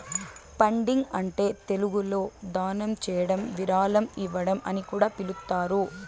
funding అంటే తెలుగులో దానం చేయడం విరాళం ఇవ్వడం అని కూడా పిలుస్తారు